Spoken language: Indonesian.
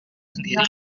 sendiri